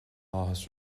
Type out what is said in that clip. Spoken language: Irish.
áthas